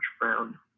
brown